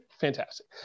fantastic